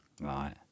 right